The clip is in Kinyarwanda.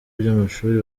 by’amashuri